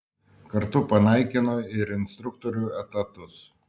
kartu panaikino ir instruktorių etatus